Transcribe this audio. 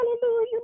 Hallelujah